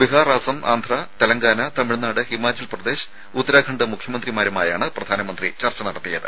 ബീഹാർ അസം ആന്ധ്ര തെലങ്കാന തമിഴ്നാട് ഹിമാചൽപ്രദേശ് ഉത്തരാഖണ്ഡ് മുഖ്യമന്ത്രിമാരുമായാണ് പ്രധാനമന്ത്രി ചർച്ച നടത്തിയത്